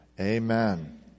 Amen